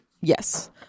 Yes